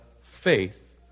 faith